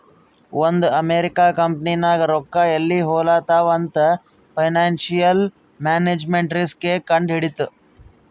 ಒಂದ್ ಅಮೆರಿಕಾ ಕಂಪನಿನಾಗ್ ರೊಕ್ಕಾ ಎಲ್ಲಿ ಹೊಲಾತ್ತಾವ್ ಅಂತ್ ಫೈನಾನ್ಸಿಯಲ್ ಮ್ಯಾನೇಜ್ಮೆಂಟ್ ರಿಸ್ಕ್ ಎ ಕಂಡ್ ಹಿಡಿತ್ತು